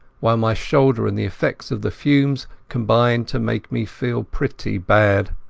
while my shoulder and the effects of the fumes combined to make me feel pretty bad.